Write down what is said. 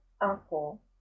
uncle